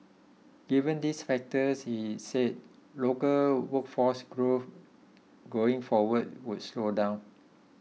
given these factors he said local workforce growth going forward would slow down